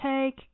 take